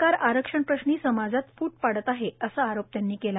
सरकार आरक्षण प्रश्नी समाजात फूट पाडत आहे असा आरोप त्यांनी केला